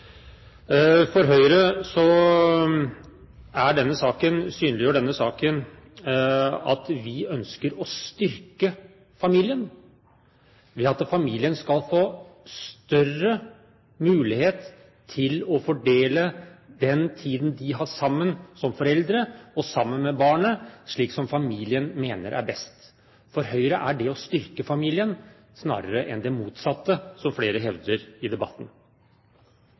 For Høyre synliggjør denne saken at vi ønsker å styrke familien ved at familien skal få større mulighet til å fordele den tiden de har sammen som foreldre og sammen med barnet, slik som familien mener er best. For Høyre er det å styrke familien, snarere enn det motsatte, som flere hevder i debatten.